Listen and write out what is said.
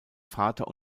vater